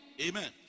Amen